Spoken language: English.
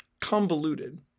convoluted